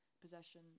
possession